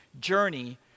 journey